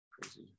crazy